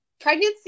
pregnancy